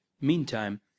Meantime